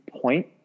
point